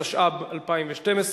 התשע"ב 2012,